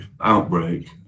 outbreak